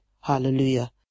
hallelujah